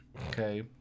okay